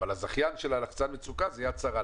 אבל הזכיין של לחצן המצוקה זה יד שרה,